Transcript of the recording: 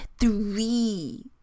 three